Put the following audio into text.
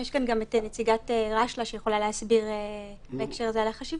יש כאן גם את נציגת רשל"ה שיכולה להסביר בהקשר הזה על החשיבות.